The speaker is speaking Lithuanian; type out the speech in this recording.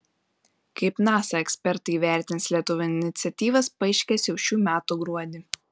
kaip nasa ekspertai įvertins lietuvių iniciatyvas paaiškės jau šių metų gruodį